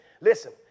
listen